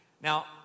now